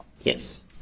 Yes